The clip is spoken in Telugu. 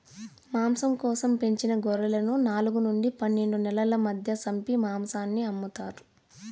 మాంసం కోసం పెంచిన గొర్రెలను నాలుగు నుండి పన్నెండు నెలల మధ్య సంపి మాంసాన్ని అమ్ముతారు